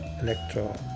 electro